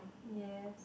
yes